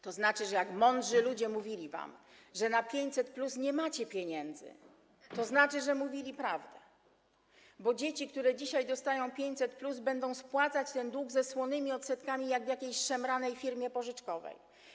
To znaczy, że jak mądrzy ludzie mówili wam, że na 500+ nie macie pieniędzy, to mówili prawdę, bo dzieci, które dzisiaj dostają 500+, będą spłacać ten dług ze słonymi odsetkami jak w jakiejś szemranej firmie pożyczkowej.